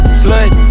slut